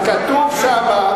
כתוב שם,